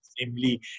namely